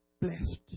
blessed